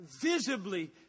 visibly